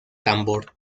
tambor